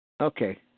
Okay